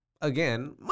again